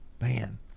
Man